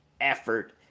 effort